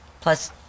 Plus